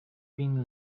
been